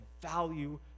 value